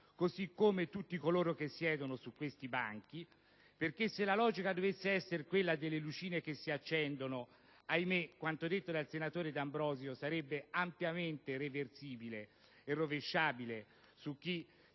così come tutti coloro che siedono su questi banchi. Infatti, se la logica dovesse essere quella delle lucine che si accendono, ahimè, quanto detto dal senatore D'Ambrosio sarebbe ampiamente reversibile e rovesciabile su chi